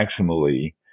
maximally